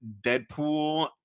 Deadpool